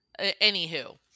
Anywho